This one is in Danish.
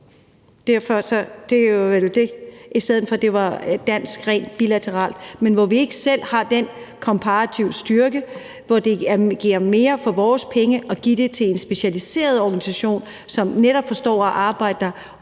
Det er vel det. Hvis det fra dansk side var rent bilateralt, ville vi ikke selv have den komparative styrke, hvorfor vi får mere for vores penge ved at give dem til en specialiseret organisation, som netop forstår at arbejde dér